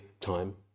time